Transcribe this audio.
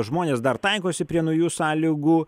žmonės dar taikosi prie naujų sąlygų